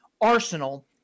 Arsenal